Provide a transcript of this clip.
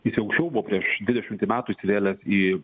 jis jau anksčiau buvo prieš dvidešimtį metų įsivėlęs į